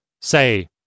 say